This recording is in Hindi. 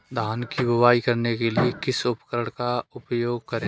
धान की बुवाई करने के लिए किस उपकरण का उपयोग करें?